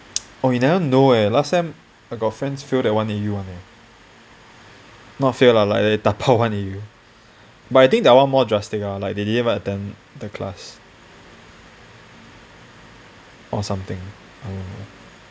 oh you never know eh last sem I got friends that fail the one A_U one eh not fail lah like they dabao but I think that one more drastic ah like they didn't even attend the class or something I don't know